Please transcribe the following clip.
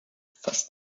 fast